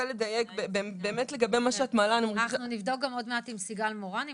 לדייק לגבי מה שאת מעלה --- אנחנו נבדוק את זה עוד מעט עם סיגל מורן.